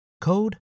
code